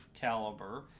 caliber